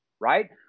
right